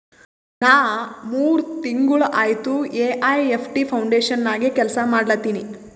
ನಾ ಮೂರ್ ತಿಂಗುಳ ಆಯ್ತ ಎ.ಐ.ಎಫ್.ಟಿ ಫೌಂಡೇಶನ್ ನಾಗೆ ಕೆಲ್ಸಾ ಮಾಡ್ಲತಿನಿ